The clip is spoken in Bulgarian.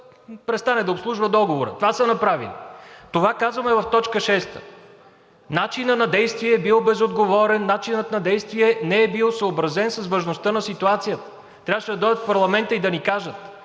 престане да обслужва договора, това са направили. Това казваме в т. 6. Начинът на действие е бил безотговорен, начинът на действие не е бил съобразен с важността на ситуацията. Трябваше да дойдат в парламента и да ни кажат.